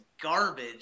garbage